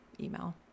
email